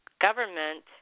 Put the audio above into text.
Government